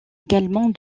également